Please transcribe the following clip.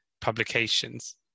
publications